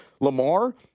Lamar